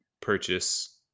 purchase